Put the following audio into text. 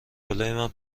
جلومن